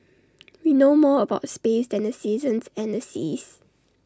we know more about space than the seasons and the seas